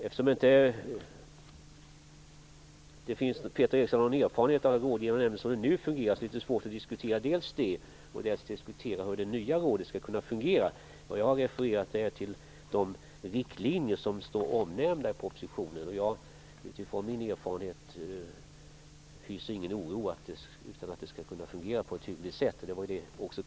Eftersom Peter Eriksson inte har någon erfarenhet av hur den nuvarande rådgivande nämnden fungerar är det svårt att diskutera detta. Det är också svårt att diskutera hur det nya rådet skall fungera. Jag har refererat till de riktlinjer som nämns i propositionen. Utifrån min erfarenhet hyser jag ingen oro om att det inte skulle fungera på ett hyggligt sätt.